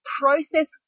process